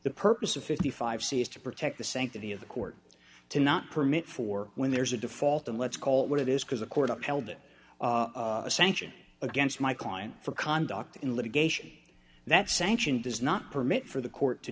the purpose of fifty five c is to protect the sanctity of the court to not permit for when there's a default and let's call it what it is because the court upheld it sanction against my client for conduct in litigation that sanction does not permit for the court to